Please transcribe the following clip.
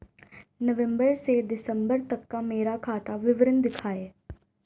नवंबर से दिसंबर तक का मेरा खाता विवरण दिखाएं?